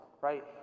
right